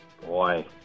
boy